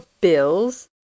bills